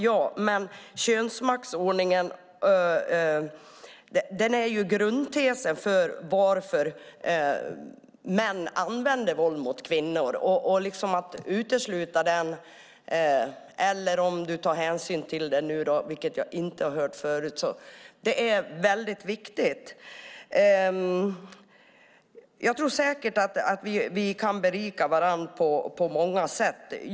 Ja, men könsmaktsordningen är grundtesen för varför män använder våld mot kvinnor. Nu säger du att du tar hänsyn till den, vilket jag inte har hört förut. Det är väldigt viktigt. Jag tror säkert att vi kan berika varandra på många sätt.